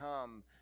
come